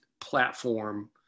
platform